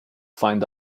find